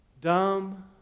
Dumb